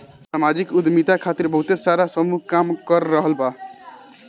सामाजिक उद्यमिता खातिर बहुते सारा समूह काम कर रहल बा